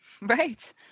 Right